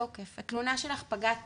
פג תוקף, התלונה שלך פגת תוקף,